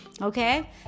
okay